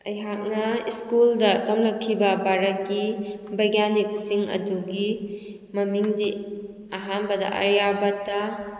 ꯑꯩꯍꯥꯛꯅ ꯏꯁꯀꯨꯜꯗ ꯇꯝꯂꯛꯈꯤꯕ ꯚꯥꯔꯠꯀꯤ ꯕꯩꯒꯥꯅꯤꯛꯁꯤꯡ ꯑꯗꯨꯒꯤ ꯃꯃꯤꯡꯗꯤ ꯑꯍꯥꯟꯕꯗ ꯑꯥꯔꯌꯥꯕꯇꯥ